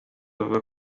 bavuga